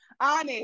honest